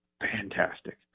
fantastic